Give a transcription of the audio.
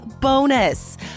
bonus